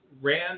ran